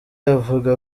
avuga